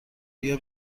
بیا